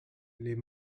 les